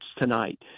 tonight